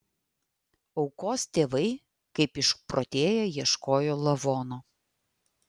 aukos tėvai kaip išprotėję ieškojo lavono